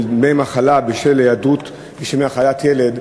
הצעת חוק דמי מחלה (היעדרות בשל מחלת ילד)